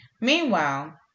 Meanwhile